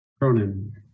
Cronin